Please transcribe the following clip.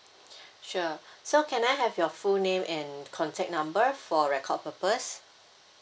sure so can I have your full name and contact number for record purpose